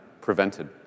prevented